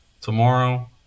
tomorrow